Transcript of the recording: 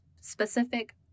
specific